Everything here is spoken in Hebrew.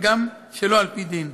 וגם שלא על פי דין.